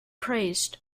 praised